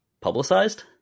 publicized